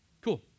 Cool